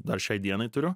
dar šiai dienai turiu